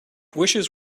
wishes